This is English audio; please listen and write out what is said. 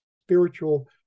spiritual